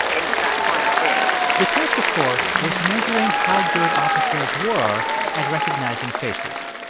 and it's that kind of thing the test, of course, was measuring how good officers were at recognizing faces.